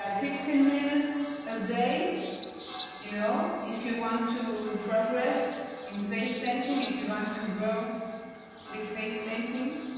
ah fifteen minutes a day you know if you want to progress in face painting, if you want to grow with face painting,